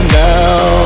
now